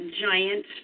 giant